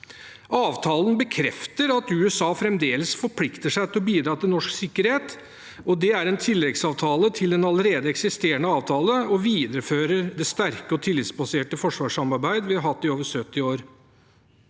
Avtalen bekrefter at USA fremdeles forplikter seg til å bidra til norsk sikkerhet. Det er en tilleggsavtale til den allerede eksisterende avtalen og viderefører det sterke og tillitsbaserte forsvarssamarbeidet vi har hatt i over 70 år.